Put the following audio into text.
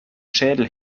schädel